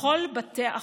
בכל בתי החולים.